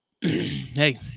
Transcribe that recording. hey